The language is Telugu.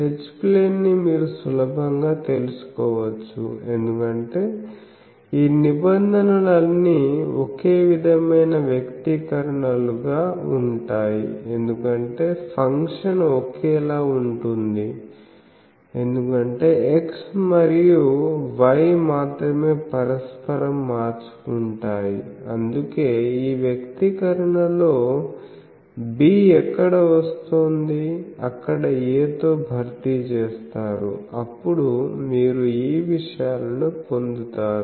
H ప్లేన్ ని మీరు సులభంగా తెలుసుకోవచ్చు ఎందుకంటే ఈ నిబంధనలన్నీ ఒకే విధమైన వ్యక్తీకరణలుగా ఉంటాయి ఎందుకంటే ఫంక్షన్ ఒకేలా ఉంటుంది ఎందుకంటే x మరియు y మాత్రమే పరస్పరం మార్చుకుంటాయి అందుకే ఈ వ్యక్తీకరణలో b ఎక్కడ వస్తోంది అక్కడ a తో భర్తీ చేస్తారు అప్పుడు మీరు ఈ విషయాలను పొందుతారు